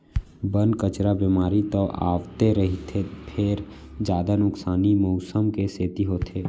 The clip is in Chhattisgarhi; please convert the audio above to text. बन, कचरा, बेमारी तो आवते रहिथे फेर जादा नुकसानी मउसम के सेती होथे